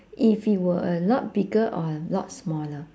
if it were a lot bigger or a lot smaller